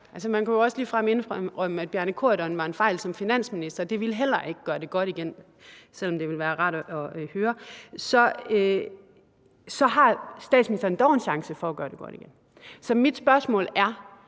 Man kunne jo også ligefrem indrømme, at Bjarne Corydon var en fejl som finansminister, og det ville heller ikke gøre det godt igen, selv om det ville være rart at høre. Statsministeren har dog en chance for at gøre det godt igen, så mit spørgsmål er: